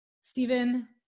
Stephen